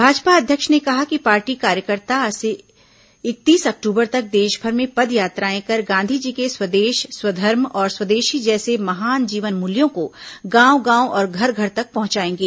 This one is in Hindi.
भाजपा अध्यक्ष ने कहा कि पार्टी कार्यकर्ता आज से इकतीस अक्टूबर तक देशभर में पदयात्राएं कर गांधीजी के स्वदेश स्वधर्म और स्वदेशी जैसे महान जीवन मूल्यों को गांव गांव और घर घर तक पहुंचाएंगे